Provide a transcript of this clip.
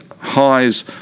highs